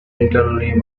internally